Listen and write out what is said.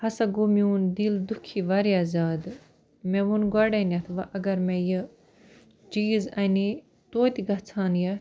ہسا گوٚو میٛون دِل دُکھی واریاہ زیادٕ مےٚ ووٚن گۄڈٕنیٚتھ وۄنۍ اگر مےٚ یہِ چیٖز اَنے توتہِ گژھہٕ ہان ییٚتھ